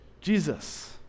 Jesus